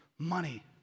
money